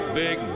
big